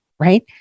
Right